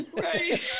Right